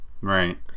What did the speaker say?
right